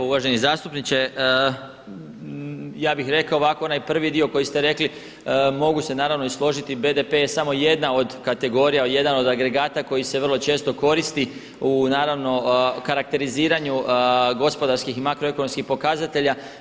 Uvaženi zastupniče, ja bih rekao ovako, onaj prvi dio koji ste rekli, mogu se naravno i složiti, BPD je samo jedna od kategorija, jedan od agregata koji se vrlo često koristi u naravno karakteriziranju gospodarskih i makroekonomskih pokazatelja.